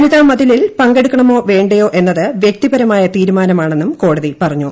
വനിതാ മതിലിൽ പങ്കെടുക്കണമോ വേണ്ടയോ എന്നത് വ്യക്തിപരമായ തീരുമാനമാണെന്നും കോടതി പറഞ്ഞു